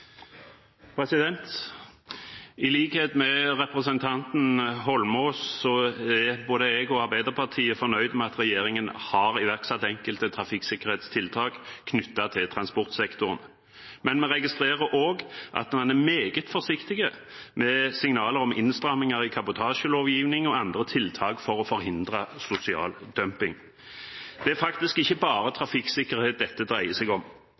både jeg og Arbeiderpartiet fornøyd med at regjeringen har iverksatt enkelte trafikksikkerhetstiltak knyttet til transportsektoren, men vi registrerer også at man er meget forsiktig med å gi signaler om innstramminger i kabotasjelovgivningen og andre tiltak for å forhindre sosial dumping. Det er faktisk ikke bare trafikksikkerhet dette dreier seg om;